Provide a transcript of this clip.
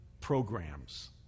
programs